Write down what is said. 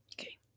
Okay